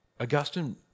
Augustine